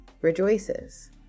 rejoices